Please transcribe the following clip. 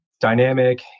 dynamic